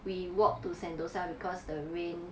we walk to sentosa because the rain